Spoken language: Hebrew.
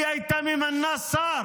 היא הייתה ממנה שר